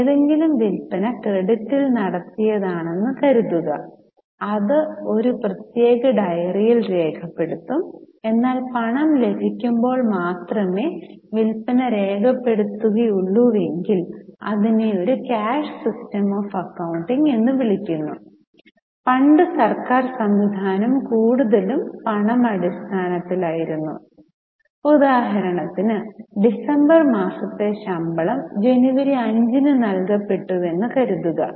ഏതെങ്കിലും വിൽപ്പന ക്രെഡിറ്റിൽ നടത്തിയതാണെന്ന് കരുതുക അത് ഒരു പ്രത്യേക ഡയറിയിൽ രേഖപ്പെടുത്തും എന്നാൽ പണം ലഭിക്കുമ്പോൾ മാത്രമേ വിൽപ്പന രേഖപ്പെടുത്തുകയുള്ളൂവെങ്കിൽ ഇതിനെ ഒരു ക്യാഷ് സിസ്റ്റം ഓഫ് അക്കൌണ്ടിംഗ് എന്ന് വിളിക്കുന്നു പണ്ട് സർക്കാർ സംവിധാനം കൂടുതലും പണ അടിസ്ഥാനത്തിലായിരുന്നു ഉദാഹരണത്തിനു ഡിസംബർ മാസത്തെ ശമ്പളം ജനുവരി 5 ന് നൽകപ്പെട്ടുവെന്ന് കരുതുക